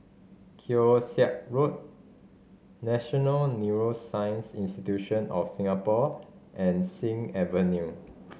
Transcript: Keong Saik Road National Neuroscience Institute of Singapore and Sing Avenue